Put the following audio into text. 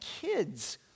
kids